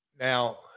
Now